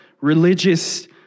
religious